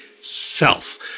self